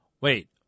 wait